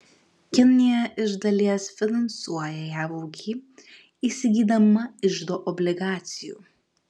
kinija iš dalies finansuoja jav ūkį įsigydama iždo obligacijų